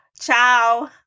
ciao